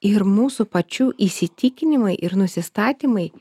ir mūsų pačių įsitikinimai ir nusistatymai